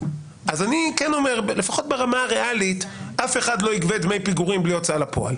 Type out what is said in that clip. אז לפחות ברמה הריאלית אף אחד לא יגבה דמי פיגורים בלי הוצאה לפעול,